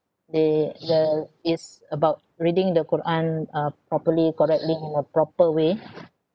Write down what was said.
they the is about reading the quran uh properly correctly or proper way